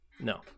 No